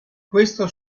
questo